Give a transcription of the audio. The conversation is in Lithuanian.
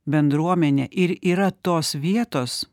bendruomenė ir yra tos vietos